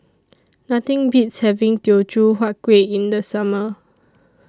Nothing Beats having Teochew Huat Kueh in The Summer